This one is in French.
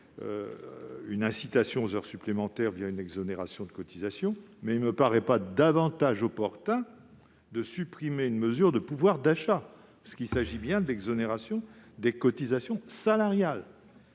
une incitation aux heures supplémentaires une exonération de cotisations. Il ne me paraît pas davantage opportun de supprimer une mesure de pouvoir d'achat, c'est-à-dire une exonération de cotisations salariales,